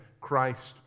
Christ